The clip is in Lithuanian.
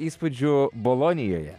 įspūdžių bolonijoje